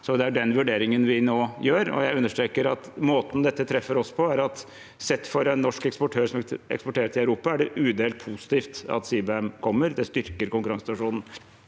Det er den vurderingen vi nå gjør. Jeg understreker at måten dette treffer oss på, er at for en norsk eksportør som eksporterer til Europa, er det udelt positivt at CBAM kommer. Det styrker konkurransesituasjonen.